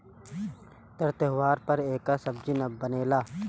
तर त्योव्हार पर एकर सब्जी बनेला